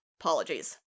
apologies